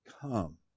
Come